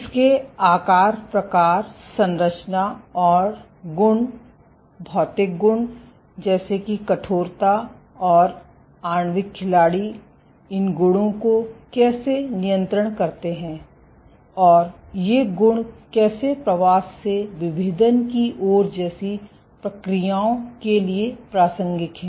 इसके आकार प्रकार संरचना और गुण भौतिक गुण जैसे कि कठोरता और आणविक खिलाड़ी इन गुणों को कैसे नियंत्रण करते हैं और ये गुण कैसे प्रवास से विभेदन की ओर जैसी प्रक्रियाओं के लिए प्रासंगिक हैं